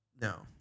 No